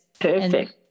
Perfect